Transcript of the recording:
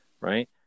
right